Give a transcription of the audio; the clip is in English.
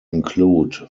include